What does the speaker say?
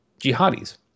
jihadis